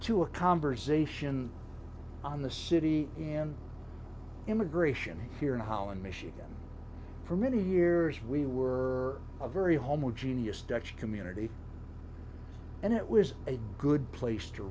to a conversation on the city and immigration here in holland michigan for many years we were a very homogeneous dutch community and it was a good place to